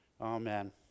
Amen